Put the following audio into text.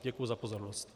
Děkuji za pozornost.